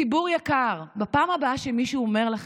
ציבור יקר, בפעם הבאה שמישהו אומר לכם: